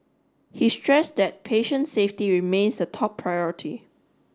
he stressed that patient safety remains the top priority